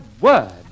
word